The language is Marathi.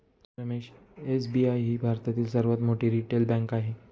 रमेश एस.बी.आय ही भारतातील सर्वात मोठी रिटेल बँक आहे